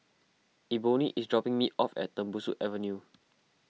Ebony is dropping me off at Tembusu Avenue